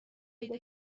پیدا